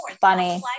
funny